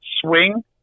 swing